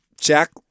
Jack